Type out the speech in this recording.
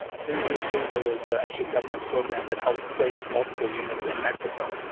ah previously there was ah actually a government program that helped place multiple units in mexico.